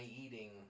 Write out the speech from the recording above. eating